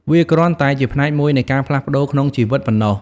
វាគ្រាន់តែជាផ្នែកមួយនៃការផ្លាស់ប្តូរក្នុងជីវិតប៉ុណ្ណោះ។